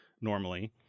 normally